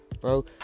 bro